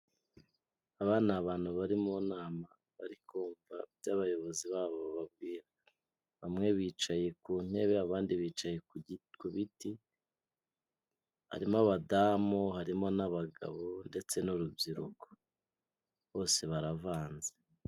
Aba ni abantu bari mu nama barikumva ibyo abayobozi babo bababwira, bamwe bicaye ku ntebe abandi bicaye ku biti, harimo abadamu, harimo n'abagabo ndetse n'urubyiruko bose baravanze.